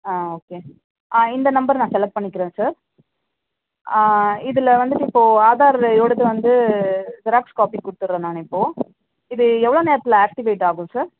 ஆ okay ஆ இந்த number நான் செலக்ட் பண்ணிக்கிறேன் சார் இதில் வந்துட்டு இப்போது ஆதார் இதோடது வந்து ஜெராக்ஸ் காபி கொடுத்துர்றேன் நான் இப்போது இது எவ்வளோ நேரத்தில் ஆக்ட்டிவேட் ஆகும் சார்